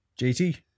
JT